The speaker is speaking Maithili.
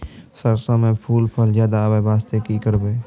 सरसों म फूल फल ज्यादा आबै बास्ते कि करबै?